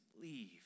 leave